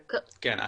כן.